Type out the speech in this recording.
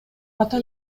ата